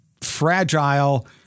fragile